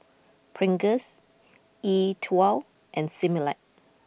Pringles E Twow and Similac